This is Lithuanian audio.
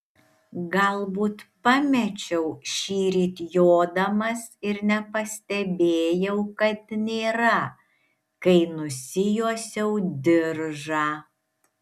galbūt pamečiau šįryt jodamas ir nepastebėjau kad nėra kai nusijuosiau diržą